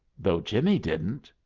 though jimmie didn't.